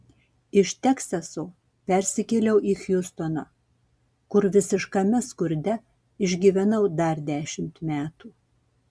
iš teksaso persikėliau į hjustoną kur visiškame skurde išgyvenau dar dešimt metų